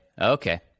Okay